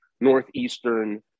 Northeastern